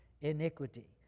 iniquity